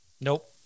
Nope